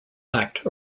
lacked